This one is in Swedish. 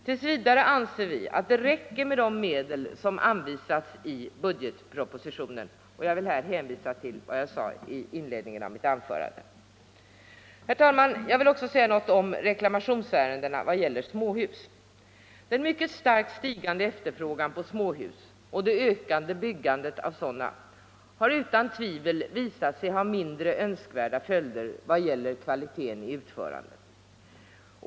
Tills vidare anser vi att det räcker med de medel som anvisats i budgetpropositionen. Jag vill i det avseendet hänvisa till vad jag sade i inledningen av mitt anförande. Herr talman! Jag vill också säga något om reklamationsärenden vad gäller småhus. Den mycket starkt stigande efterfrågan på småhus och det ökande byggandet av sådana har utan tvivel visat sig ha mindre önskvärda följder vad gäller kvaliteten i utförandet.